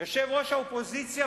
יושב-ראש האופוזיציה,